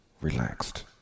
relaxed